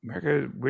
America